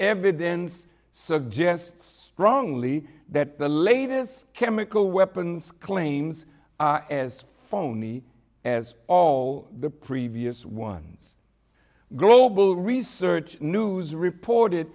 evidence suggests strongly that the latest chemical weapons claims as phony as all the previous ones global research news reported